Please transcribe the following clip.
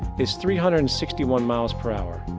is three hundred and sixty one miles per hour.